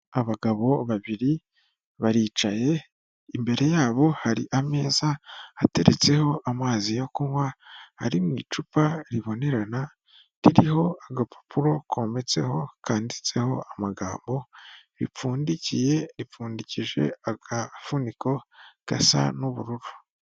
Abagabo babiri baricaye, imbere yabo hari ameza ateretseho amazi yo kunywa, ari mu icupa ribonerana, ririho agapapuro kometseho kanditseho amagambo, ripfundikiye, ripfundikije agafuniko gasa n'ubururu.